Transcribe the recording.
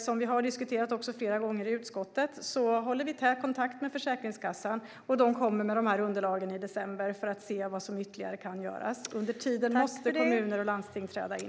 Som vi har diskuterat flera gånger i utskottet håller vi tät kontakt med Försäkringskassan, som kommer med de här underlagen i december, för att se vad som ytterligare kan göras. Under tiden måste kommuner och landsting träda in.